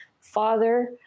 father